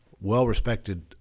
well-respected